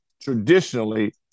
traditionally